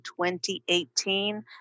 2018